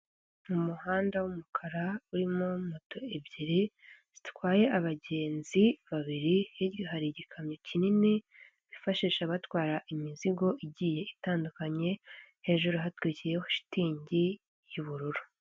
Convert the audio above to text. Ni muhanda w'umukara urimo moto ebyiri zitwaye abagenzi babiri, hirya hari igikamyo kinini bifashisha abatwara imizigo igiye itandukanye, hejuru hatwikiyeho shitingi y'ubururu.